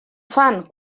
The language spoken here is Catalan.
fan